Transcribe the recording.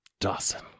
Dawson